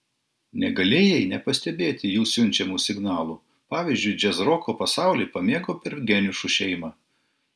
negalėjai nepastebėti jų siunčiamų signalų pavyzdžiui džiazroko pasaulį pamėgau per geniušų šeimą